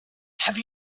have